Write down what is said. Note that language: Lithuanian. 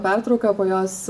pertrauka po jos